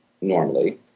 normally